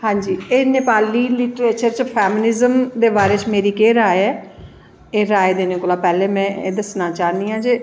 हां जी एह् नेपाली लिट्रेचर फैमली दे बारे च मेरी केह् राय ऐ राय देनें कोला दा पैह्लें में एह् दस्सना चाह्न्नी आं के